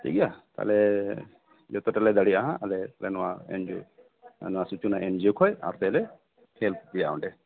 ᱴᱷᱤᱠ ᱜᱮᱭᱟ ᱛᱟᱦᱞᱮ ᱡᱚᱛᱚᱴᱟᱞᱮ ᱫᱟᱲᱮᱭᱟᱜᱼᱟ ᱱᱚᱣᱟ ᱮᱱ ᱡᱤ ᱳ ᱱᱚᱣᱟ ᱥᱩᱪᱚᱱᱟ ᱮᱱ ᱡᱤ ᱳ ᱠᱷᱚᱡ ᱟᱨ ᱟᱯᱮ ᱞᱮ ᱦᱮᱞᱯ ᱯᱮᱭᱟ ᱚᱸᱰᱮ